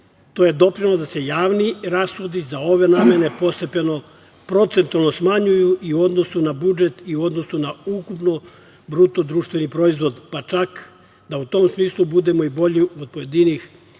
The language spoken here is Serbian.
to je doprinelo da se javni rashodi za ove namene postepeno procentualno smanjuju i u odnosu na budžet i u odnosu na ukupni BDP, pa čak da u tom smislu budemo i bolji od pojedinih država